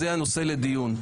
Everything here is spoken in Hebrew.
זה הנושא לדיון.